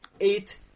eight